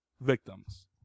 victims